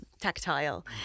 tactile